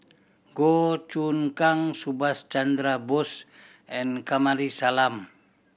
Goh Choon Kang Subhas Chandra Bose and Kamsari Salam